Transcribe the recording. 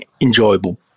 enjoyable